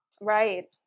Right